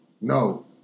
No